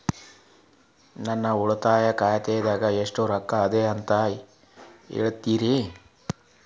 ನನ್ನ ಉಳಿತಾಯ ಖಾತಾದಾಗ ಎಷ್ಟ ರೊಕ್ಕ ಅದ ಅಂತ ಹೇಳ್ತೇರಿ?